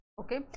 okay